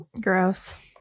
Gross